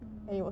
mm